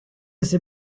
sait